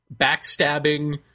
backstabbing